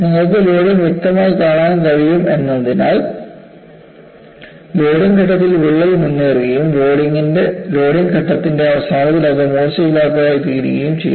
നിങ്ങൾക്ക് ലോഡിംഗ് വ്യക്തമായി കാണാൻ കഴിയുമെന്നതിനാൽ ലോഡിംഗ് ഘട്ടത്തിൽ വിള്ളൽ മുന്നേറുകയും ലോഡിംഗ് ഘട്ടത്തിന്റെ അവസാനത്തിൽ അത് മൂർച്ചയില്ലാത്തതായി തീരുകയും ചെയ്യുന്നു